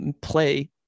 play